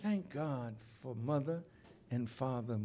thank god for mother and father